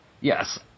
Yes